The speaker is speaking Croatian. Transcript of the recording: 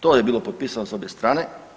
To je bilo potpisano s obje strane.